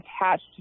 attached